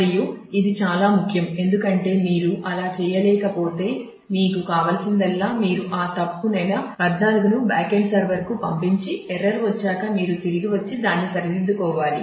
మరియు ఇది చాలా ముఖ్యం ఎందుకంటే మీరు అలా చేయలేకపోతే మీకు కావలసిందల్లా మీరు ఆ తప్పు నెల 14 ను బ్యాకెండ్ సర్వర్కు పంపించి ఎర్రర్ వచ్చాక మీరు తిరిగి వచ్చి దాన్ని సరిదిద్దుకోవాలి